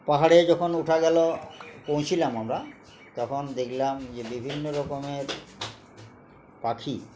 পাহাড়ে যখন উঠা গেলো পৌঁছলাম আমরা তখন দেখলাম যে বিভিন্ন রকমের পাখি